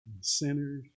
sinners